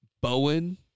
Bowen